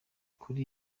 kuri